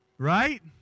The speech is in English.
right